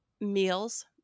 meals